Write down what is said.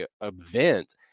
event